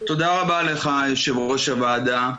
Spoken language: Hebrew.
תודה רבה לך, יושב-ראש הוועדה.